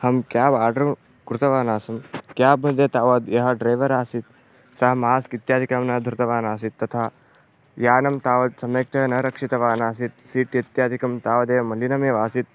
अहं cab order कृतवान् आसम् केब् मध्ये तावद् यः ड्रैवर् आसीत् सः मास्क् इत्यादिकं न धृतवान् आसीत् तथा यानं तावत् सम्यक्तया न रक्षितवान् आसीत् सीट् इत्यादिकं तावदेव मलिनमेव आसीत्